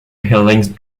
healing